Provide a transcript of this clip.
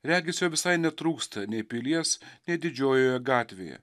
regis jo visai netrūksta nei pilies nei didžiojoje gatvėje